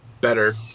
better